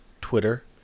Twitter